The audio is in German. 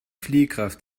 fliehkraft